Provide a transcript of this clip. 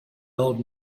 old